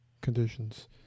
conditions